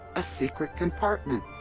a secret compartment?